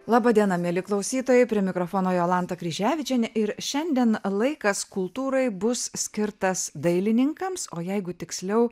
laba diena mieli klausytojai prie mikrofono jolanta kryževičienė ir šiandien laikas kultūrai bus skirtas dailininkams o jeigu tiksliau